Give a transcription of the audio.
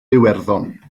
iwerddon